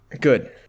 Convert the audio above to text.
Good